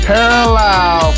Parallel